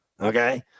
okay